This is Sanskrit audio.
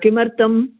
किमर्थम्